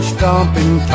Stomping